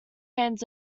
hands